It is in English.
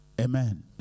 Amen